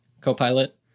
copilot